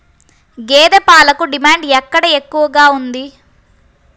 గేదె పాలకు డిమాండ్ ఎక్కడ ఎక్కువగా ఉంది?